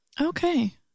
Okay